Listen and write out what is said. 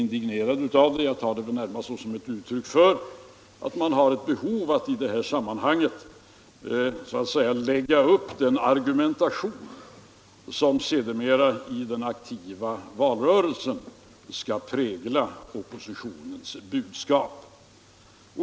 Jag tar det närmast som ett uttryck för att man har behov av att i det här sammanhanget så att säga lägga upp den argumentation som sedermera i den aktiva valrörelsen skall prägla oppositionens budskap.